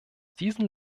diesen